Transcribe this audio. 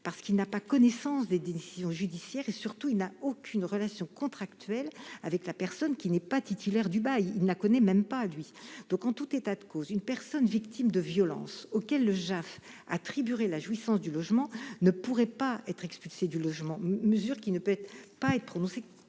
: celui-ci n'a pas connaissance des décisions judiciaires et, surtout, il n'a aucune relation contractuelle avec la personne qui n'est pas titulaire du bail- il ne la connaît même pas. En tout état de cause, une personne victime de violences à laquelle le JAF attribuerait la jouissance du logement ne pourrait pas être expulsée de ce logement, une telle mesure ne pouvant être prononcée